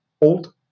old